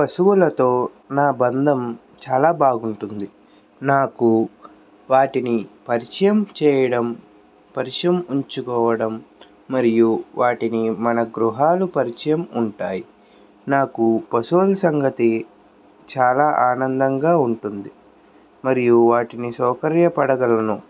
పశువులతో నా బంధం చాలా బాగుంటుంది నాకు వాటిని పరిచయం చేయడం పరిశోధించుకోవడం మరియు వాటిని మన గృహాలు పరిచయం ఉంటాయి నాకు పశువుల సంగతి చాలా ఆనందంగా ఉంటుంది మరియు వాటిని సౌకర్య పడగలను